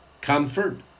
Comfort